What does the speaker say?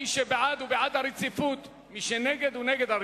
מי שבעד הוא בעד הרציפות, מי שנגד, נגד הרציפות.